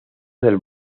del